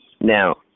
Now